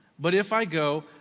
but if i go,